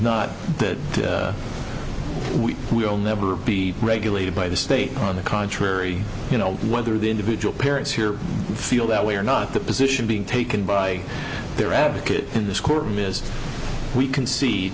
not that we will never be regulated by the state on the contrary you know whether the individual parents here feel that way or not the position being taken by their advocate in this courtroom is we can see